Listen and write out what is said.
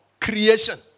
creation